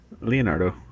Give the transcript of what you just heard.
Leonardo